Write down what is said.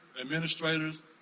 administrators